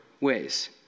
ways